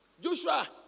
Joshua